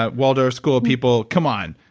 ah waldorf school people, come on,